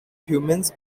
humans